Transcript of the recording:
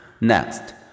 Next